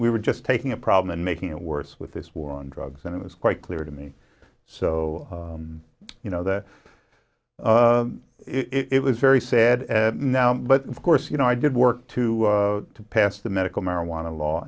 we were just taking a problem and making it worse with this war on drugs and it was quite clear to me so you know the it was very sad now but of course you know i did work to pass the medical marijuana law